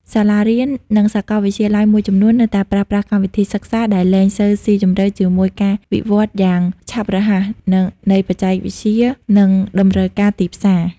សាលារៀន និងសាកលវិទ្យាល័យមួយចំនួននៅតែប្រើប្រាស់កម្មវិធីសិក្សាដែលលែងសូវស៊ីជម្រៅជាមួយការវិវត្តន៍យ៉ាងឆាប់រហ័សនៃបច្ចេកវិទ្យា និងតម្រូវការទីផ្សារ។